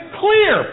clear